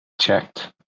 checked